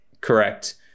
Correct